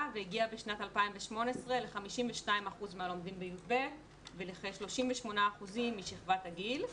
והגיע בשנת 2018 ל-52% מהלומדים בי"ב ולכ-38% משכבת הגיל.